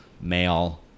male